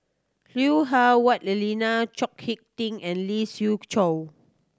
Lui Hah Wah Elena Chao Hick Tin and Lee Siew Choh